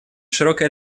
широкая